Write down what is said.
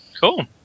Cool